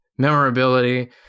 memorability